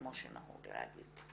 כמו שנהוג להגיד,